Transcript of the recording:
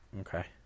Okay